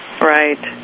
Right